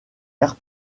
vert